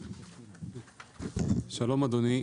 שלום אדוני.